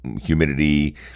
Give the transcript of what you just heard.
humidity